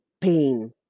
pain